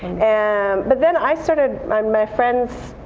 and but then i started my my friends,